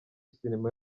sinema